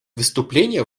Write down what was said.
выступления